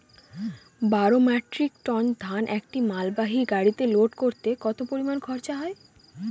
বারো metric tonne ধান একটি মালবাহী গাড়িতে লোড করতে কতো পরিমাণ খরচা হয়?